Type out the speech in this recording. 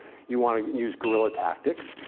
you want to use guerrilla tactics.